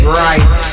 right